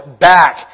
back